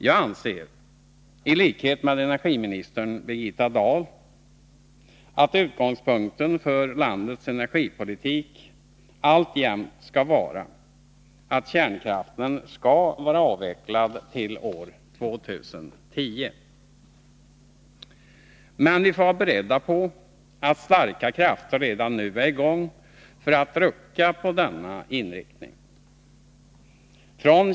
Jag anser —i likhet med energiministern Birgitta Dahl—att utgångspunkten för landets energipolitik alltjämt skall vara att kärnkraften skall vara avvecklad till år 2010. Men vi får vara beredda på att starka krafter redan nu är i gång för att rucka på denna inriktning.